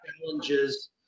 challenges